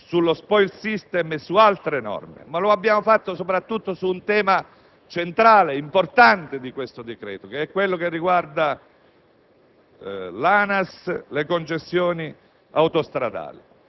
prevedendo il riordino della disciplina; lo abbiamo fatto sullo *spoils system* e su altre norme. Ma lo abbiamo fatto soprattutto su un tema centrale e importante di questo decreto, quello che riguarda